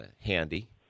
handy